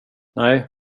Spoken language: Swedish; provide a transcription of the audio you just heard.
nej